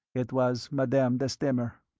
it was madame de stamer.